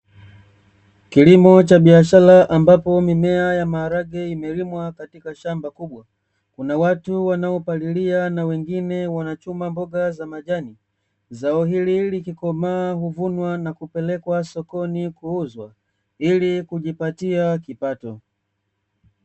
Kilimo cha biashara ambapo mimea ya maharage imelimwa katika shamba kubwa kuna watu wanaopalilia na wengine wanachuma mboga za majani, zao hili likikomaa huvunwa na kupelekwa sokoni kuuzwa ilikujipatia kipato.